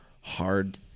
hard